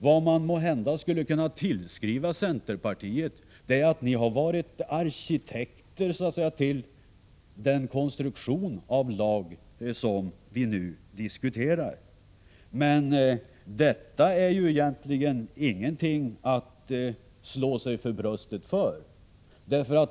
Vad man måhända skulle kunna tillskriva centerpartiet är att ni har varit arkitekter för konstruktionen av den lag som vi nu diskuterar. Men detta är ju egentligen ingen anledning att slå sig för bröstet.